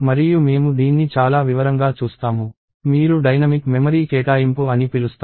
మరియు మేము దీన్ని చాలా వివరంగా చూస్తాము మీరు డైనమిక్ మెమరీ కేటాయింపు అని పిలుస్తారు